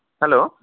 hello